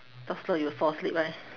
talk slow you will fall asleep right